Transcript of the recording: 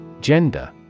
Gender